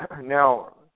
Now